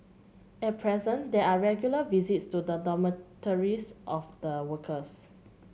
at present there are regular visits to the dormitories of the workers